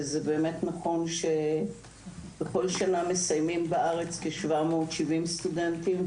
זה באמת נכון שבכל שנה מסיימים בארץ כ-770 סטודנטים,